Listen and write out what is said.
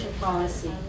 policy